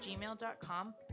gmail.com